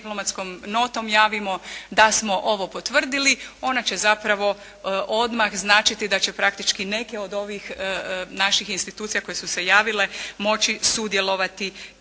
diplomatskom notom javimo da smo ovo potvrdili, ona će zapravo odmah značiti da će praktički neke od ovih naših institucije koje su se javile moći sudjelovati,